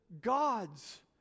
God's